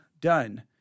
done